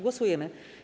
Głosujemy.